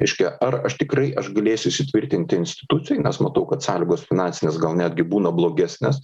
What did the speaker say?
reiškia ar aš tikrai aš galėsiu įsitvirtinti institucijoj nes matau kad sąlygos finansinės gal netgi būna blogesnės